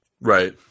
Right